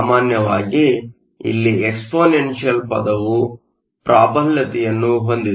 ಸಾಮಾನ್ಯವಾಗಿ ಇಲ್ಲಿ ಎಕ್ಸ್ಫೊನೆನ್ಷಿಯಲ್Exponential ಪದವು ಪ್ರಾಬಲ್ಯತೆಯನ್ನು ಹೊಂದಿದೆ